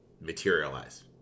materialize